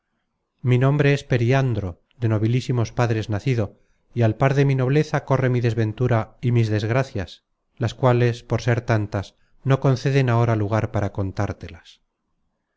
mi nombre es periandro de nobilísimos padres nacido y al par de mi nobleza corre mi desventura y mis desgracias las cuales por ser tantas no conceden ahora lugar para contártelas